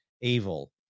evil